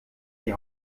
die